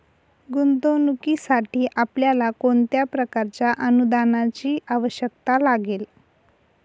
गुंतवणुकीसाठी आपल्याला कोणत्या प्रकारच्या अनुदानाची आवश्यकता लागेल?